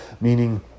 meaning